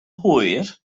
hwyr